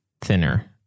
thinner